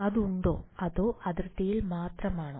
അതുണ്ടോ അതോ അതിർത്തിയിൽ മാത്രമാണോ